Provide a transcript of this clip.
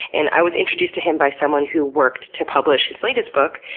and i was introduced to him by someone who worked to publish his latest book,